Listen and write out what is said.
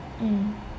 mm